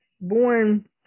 born